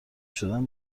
شدم